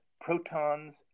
protons